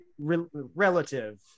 relative